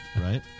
Right